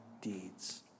deeds